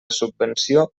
subvenció